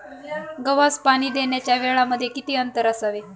गव्हास पाणी देण्याच्या वेळांमध्ये किती अंतर असावे?